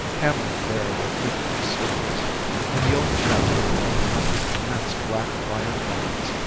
hammering there at a heap of stones and the old chap, taking off his immense black wire goggles,